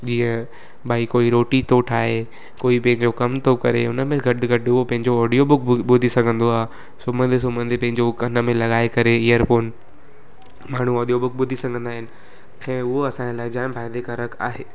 जीअं भाई कोई रोटी थो ठाहे कोई पंहिंजो कम थो करे उनमें गॾु गॾो पंहिंजो ऑडियो बुक बु ॿुधी सघंदो आहे सुम्हंदे सुम्हंदे पंहिंजो कन में लॻाइ करे इयरफ़ोन माण्हू अॻो पोइ ॿुधी सघंदा आहिनि खे उअ असांजे लाइ जाम फ़ाइदे कारक आहे